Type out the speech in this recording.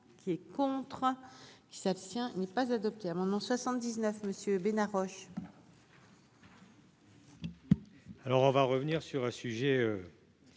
qui est contre qui s'abstient, il n'est pas adopté à mon nom 79 Monsieur Bénard Roche. Alors on va revenir sur un sujet